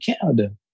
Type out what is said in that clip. Canada